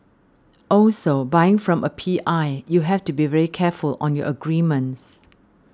also buying from a P I you have to be very careful on your agreements